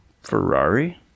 Ferrari